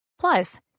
Plus